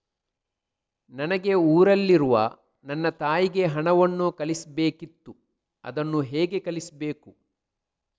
ನನಗೆ ಊರಲ್ಲಿರುವ ನನ್ನ ತಾಯಿಗೆ ಹಣವನ್ನು ಕಳಿಸ್ಬೇಕಿತ್ತು, ಅದನ್ನು ಹೇಗೆ ಕಳಿಸ್ಬೇಕು?